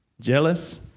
Jealous